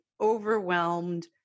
overwhelmed